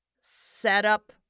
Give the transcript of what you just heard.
setup